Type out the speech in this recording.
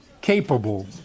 capable